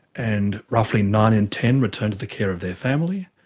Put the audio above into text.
and roughly nine in ten return to the care of their family.